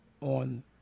on